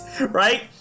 right